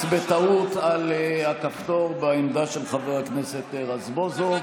בטעות על הכפתור בעמדה של חבר הכנסת רזבוזוב,